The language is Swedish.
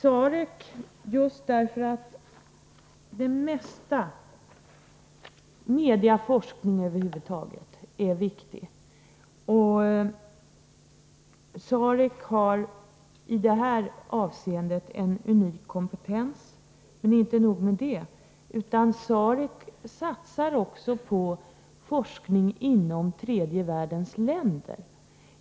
Det mesta i mediaforskningen är viktigt, och SAREC har i detta avseende en unik kompetens. Men inte nog med det: SAREC satsar också på forskning inom tredje världens länder.